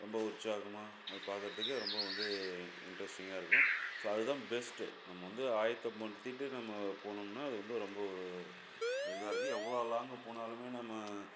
ரொம்ப உற்சாகமாக அதை பார்க்கறத்துக்கே ரொம்ப வந்து இண்ட்ரஸ்டிங்காக இருக்கும் ஸோ அது தான் பெஸ்ட்டு நம்ம வந்து ஆயத்தப்படுத்திகிட்டு நம்ம போணும்னால் அது வந்து ரொம்ப ஒரு இதாக இருக்கும் எவ்வளோ லாங்கு போனாலுமே நம்ம